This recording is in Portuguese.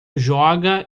joga